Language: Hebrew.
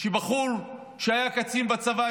שהבחור היה קצין בצבא,